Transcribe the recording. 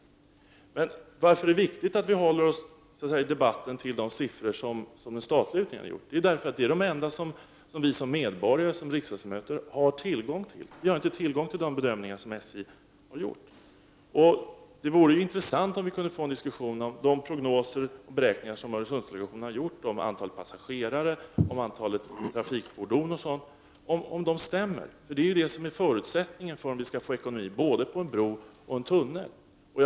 Anledningen till att det är viktigt att vi i debatten håller oss till de siffror som den statliga utredningen har tagit fram är att dessa är de enda som finns tillgängliga för vanliga medborgare och riksdagsledamöter. Vi har inte tillgång till de bedömningar som SJ har gjort. Det vore intressant om vi kunde få en diskussion om de prognoser och beräkningar som Öresundsdelegationen har gjort om antalet passagerare och om antalet trafikfordon för att se om dessa stämmer. Det är ju förutsättningen för att vi skall få ekonomi både när det gäller en bro och när det gäller en tunnel.